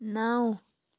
نَو